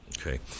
Okay